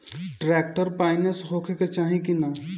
Tractor पाईनेस होखे के चाही कि ना?